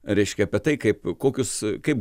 reiškia apie tai kaip kokius kaip